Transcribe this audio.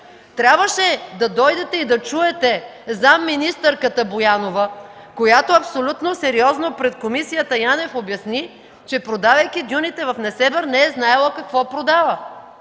Трябваше да дойдете и да чуете заместник-министърката Боянова, която абсолютно сериозно пред Комисията Янев обясни, че продавайки дюните в Несебър, не е знаела какво продава.